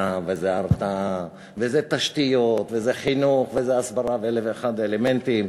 אכיפה וזה הרתעה וזה תשתיות וזה חינוך וזה הסברה ואלף ואחד אלמנטים,